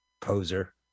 poser